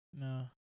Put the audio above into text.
No